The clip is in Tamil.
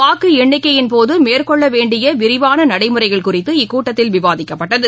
வாக்குஎண்ணிக்கையின் போதுமேற்கொள்ளவேண்டியவிரிவானநடைமுறைகள் குறித்து இக்கூட்டத்தில் விவாதிக்கப்பட்டது